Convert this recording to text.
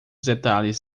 detalhes